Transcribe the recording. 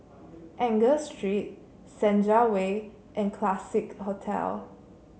Angus Street Senja Way and Classique Hotel